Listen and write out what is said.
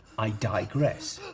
i digress.